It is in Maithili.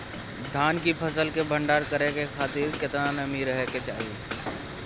धान की फसल के भंडार करै के खातिर केतना नमी रहै के चाही?